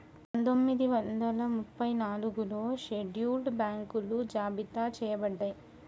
పందొమ్మిది వందల ముప్పై నాలుగులో షెడ్యూల్డ్ బ్యాంకులు జాబితా చెయ్యబడ్డయ్